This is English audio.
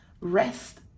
rest